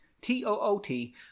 T-O-O-T